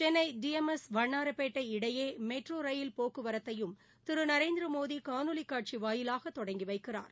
Chennai D M S Vannarapettai இடையே metro rail போக்குவரத்தையும் திரு நரேந்திரமோடி காணொலி காட்சி வாயிலாக தொடங்கி வைக்கிறார்